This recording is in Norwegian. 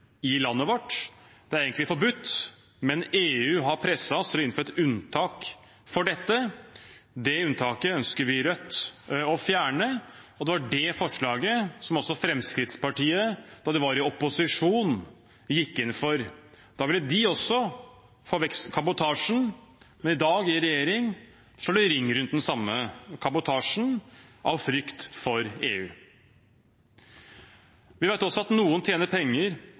i landet vårt. Det er egentlig forbudt, men EU har presset oss til å innføre et unntak for dette. Det unntaket ønsker vi i Rødt å fjerne, og det var det forslaget som også Fremskrittspartiet gikk inn for da de var i opposisjon. Da ville også de få vekk kabotasjen, men i dag, i regjering, slår de ring rundt den samme kabotasjen av frykt for EU. Vi vet også at noen tjener penger